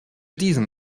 diesen